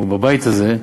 ובבית הזה,